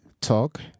talk